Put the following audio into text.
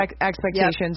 expectations